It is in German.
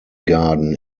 garden